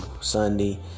Sunday